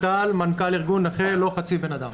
מנכ"ל ארגון "נכה לא חצי בן אדם".